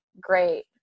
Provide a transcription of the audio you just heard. great